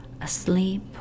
asleep